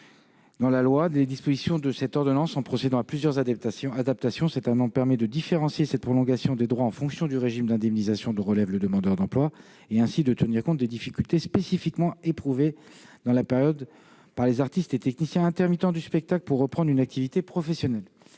dans la loi des dispositions de cette ordonnance en procédant à plusieurs adaptations. Il a pour objet de différencier cette prolongation des droits en fonction du régime d'indemnisation dont relève le demandeur d'emploi et, ainsi, de tenir compte des difficultés spécifiquement éprouvées dans la période par les artistes et techniciens intermittents du spectacle pour reprendre une activité professionnelle.